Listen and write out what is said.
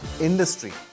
Industry